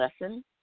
lesson